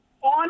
on